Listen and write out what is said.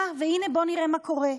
והינה, בוא נראה מה קורה.